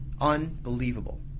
Unbelievable